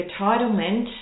entitlement